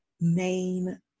main